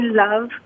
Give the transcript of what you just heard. love